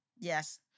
Yes